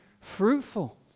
fruitful